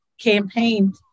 campaigned